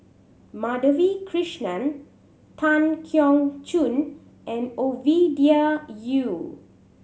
Madhavi Krishnan Tan Keong Choon and Ovidia Yu